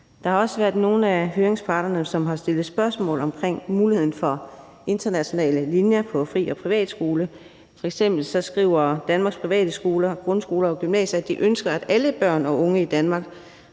Der har været nogle af høringsparterne, som har stillet spørgsmål om muligheden for internationale linjer på fri- og privatskoler. F.eks. skriver Danmarks Private Skoler – grundskoler og gymnasier, at de ønsker, at alle børn og unge i Danmark